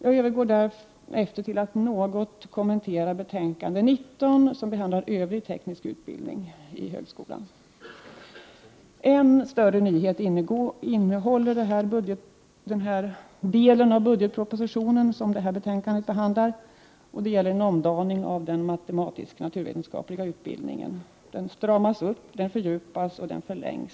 Jag övergår till att något kommentera betänkande 19 som behandlar övrig teknisk utbildning i högskolan. Den del av budgetpropositionen som det här betänkandet behandlar innehåller en större nyhet, och det är en omdaning av den matematisk-naturvetenskapliga utbildningen. Utbildningen skall strammas upp, fördjupas och förlängas.